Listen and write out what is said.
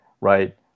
right